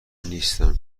نیستم